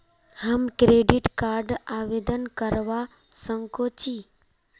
हम credit card आवेदन करवा संकोची?